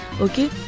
okay